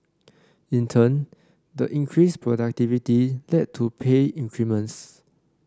in turn the increased productivity led to pay increments